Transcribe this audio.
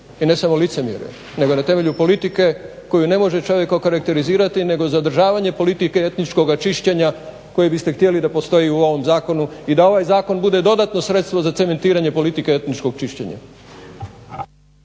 I ne samo licemjerja nego i na temelju politike koju ne može čovjek okarakterizirati nego zadržavanje politike etničkoga čišćenja koje biste htjeli da postoji i u ovom zakonu i da ovaj zakon bude dodatno sredstvo za cementiranje politike etničkog čišćenja.